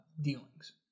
dealings